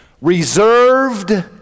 reserved